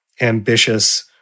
ambitious